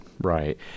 Right